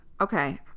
okay